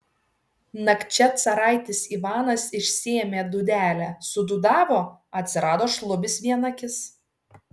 nakčia caraitis ivanas išsiėmė dūdelę sudūdavo atsirado šlubis vienakis